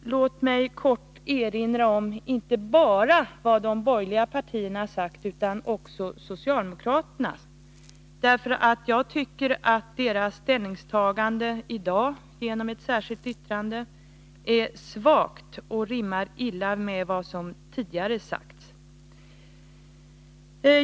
Låt mig i korthet erinra om, inte bara vad de borgerliga partierna sagt, utan också vad socialdemokraterna sagt. Jag tycker att deras ställningstagande i dag genom ett särskilt yttrande är svagt och rimmar illa med vad som tidigare yttrats.